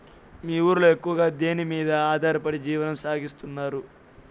మీ ఊరిలో ఎక్కువగా దేనిమీద ఆధారపడి జీవనం సాగిస్తున్నారు?